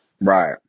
right